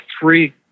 three